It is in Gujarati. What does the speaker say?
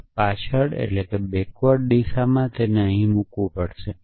અહી પાછલી દિશામાં મારે તે અહીં મૂકવું પડશે